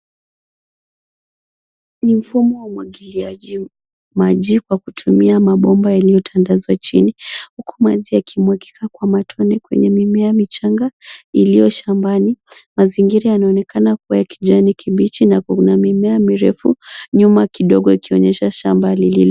Ni mfumo wa umwagiliaji maji kwa kutumia mabomba yaliyotandazwa chini huku maji yakimwagika kwa matone kwenye mimea michanga iliyo shambani. Mazingira yanaonekana kuwa ya kijani kibichi na kuna mimea mirefu nyuma kidogo yakionyesha shamba lililo.